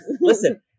listen